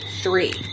Three